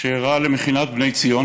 שאירע למכינת בני ציון